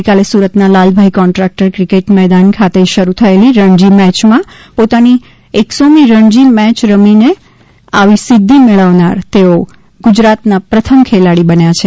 ગઇકાલે સુરતના Lalbhai Contractor cricket મેદાન ખાતે શરૂ થયેલી રણજી મેચમાં પોતાની એક્સોમી રણજી મેચ રમીને આવી સિદ્ધિ મેળવનાર તેઓ ગુજરાતના પ્રથમ ખેલાડી બન્યા છે